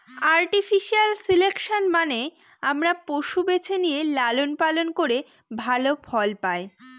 artificial selection মানে আমরা পশু বেছে নিয়ে লালন পালন করে ভালো ফল পায়